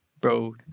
bro